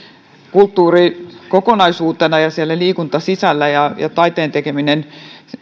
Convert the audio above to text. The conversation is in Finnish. kulttuuri kokonaisuutena ja siellä liikunta sisällä ja taiteen tekeminen